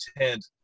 intent